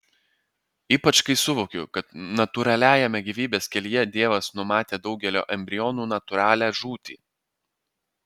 ypač kai suvokiu kad natūraliajame gyvybės kelyje dievas numatė daugelio embrionų natūralią žūtį